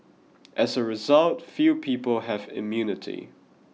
as a result few people have immunity